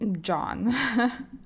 John